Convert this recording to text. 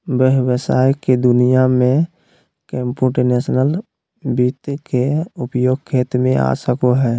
व्हवसाय के दुनिया में कंप्यूटेशनल वित्त के उपयोग खेल में आ सको हइ